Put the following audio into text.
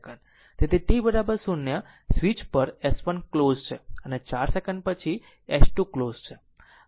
તેથી t 0 switch પર S1 close છે અને 4 સેકન્ડ પછી S 2 ક્લોઝ છે